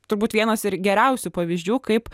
turbūt vienas ir geriausių pavyzdžių kaip